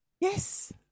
yes